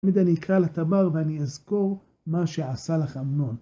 תמיד אני אקרא לתמר ואני אזכור מה שעשה לך אמנון.